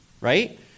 right